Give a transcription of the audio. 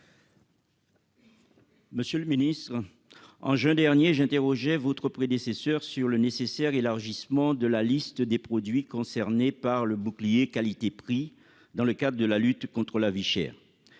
Monsieur le ministre, au mois de juin dernier, j'interrogeais votre prédécesseur sur le nécessaire élargissement de la liste des produits concernés par le bouclier qualité-prix créé pour lutter contre la vie chère